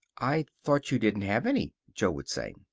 i thought you didn't have any, jo would say.